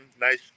nice